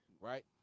right